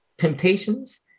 temptations